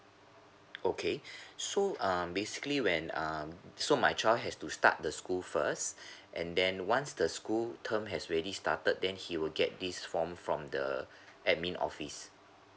okay so um basically when um so my child has to start the school first and then once the school term has already started then he will get this from from the admin office